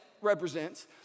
represents